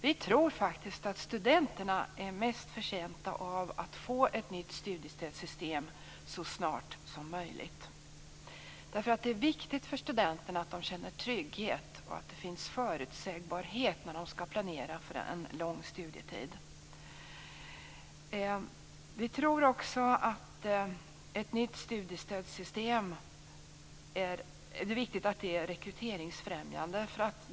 Vi tror faktiskt att studenterna är mest förtjänta av att få ett nytt studiestödssystem så snart som möjligt. Det är viktigt för studenterna att känna trygghet och att det finns en förutsägbarhet när de skall planera för en lång studietid. Vi tror också att det är viktigt att ett nytt studiestödssystem är rekryteringsfrämjande.